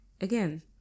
again